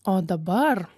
o dabar